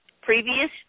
Previous